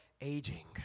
aging